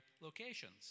locations